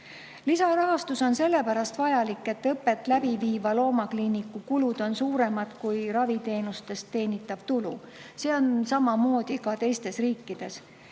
Lisarahastus on sellepärast vajalik, et õpet korraldava loomakliiniku kulud on suuremad kui raviteenustest teenitav tulu. Samamoodi on teistes riikides.